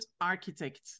architect